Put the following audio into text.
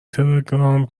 تلگرام